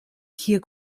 hier